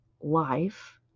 life